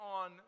on